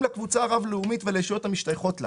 לקבוצה רב לאומית ולישויות המשתייכות לה".